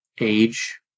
age